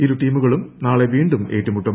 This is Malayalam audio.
ഇരുടീമുകളും നാളെ വീണ്ടും ഏറ്റുമുട്ടും